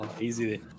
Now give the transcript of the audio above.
Easy